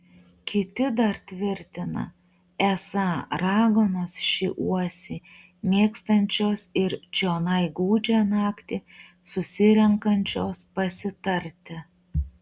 kiti dar tvirtina esą raganos šį uosį mėgstančios ir čionai gūdžią naktį susirenkančios pasitarti